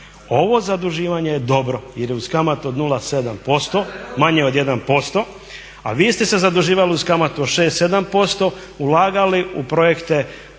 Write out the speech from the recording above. Ovo zaduživanje je dobro jer je uz kamatu od 0,7%, manje od 1% a vi ste se zaduživali uz kamatu od 6-7%, ulagali u projekte